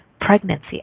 pregnancy